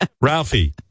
Ralphie